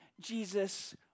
Jesus